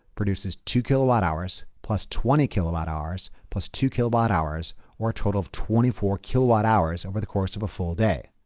produces two kilowatt hours, plus twenty kilowatt hours, plus two kilowatt hours or a total of twenty four kilowatt hours over the course of a full day.